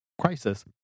crisis